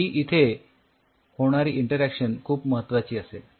ही या इथे होणारी इंटरॅक्शन खूप महत्वाची असेल